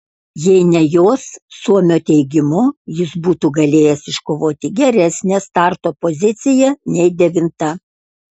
jei ne jos suomio teigimu jis būtų galėjęs iškovoti geresnę starto poziciją nei devinta